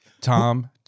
Tom